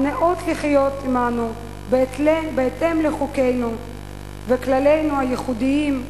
הניאות לחיות עמנו בהתאם לחוקינו וכללינו הייחודיים,